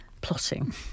plotting